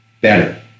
better